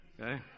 Okay